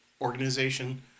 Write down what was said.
organization